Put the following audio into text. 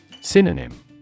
Synonym